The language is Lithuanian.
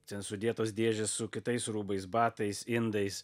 ten sudėtos dėžės su kitais rūbais batais indais